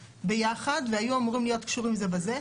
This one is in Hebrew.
ביחד והיו אמורים להיות קשורים זה בזה,